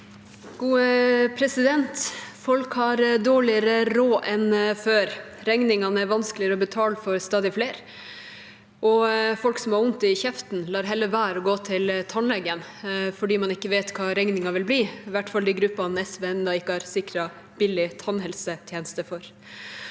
Folk har dårligere råd enn før. Regningene er vanskeligere å betale for stadig flere, og folk som har vondt i kjeften, lar heller være å gå til tannlegen fordi man ikke vet hva regningen vil bli – i hvert fall de gruppene SV ennå ikke har sikret billig tannhelsetjeneste for.